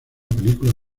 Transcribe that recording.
película